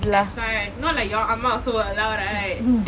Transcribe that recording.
that's why not like your அம்மா:amma also will allow right